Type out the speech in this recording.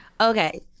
okay